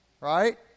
right